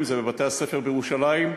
אם בתי-הספר בירושלים,